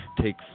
take